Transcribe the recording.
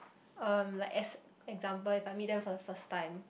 um like as example if I meet them for the first time